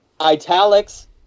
Italics